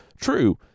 true